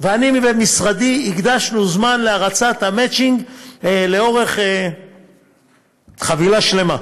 ואני ומשרדי הקדשנו זמן להרצת המצ'ינג לאורך חבילה שלמה.